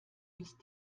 ist